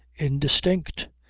indistinct.